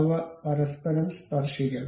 അവ പരസ്പരം സ്പർശിക്കണം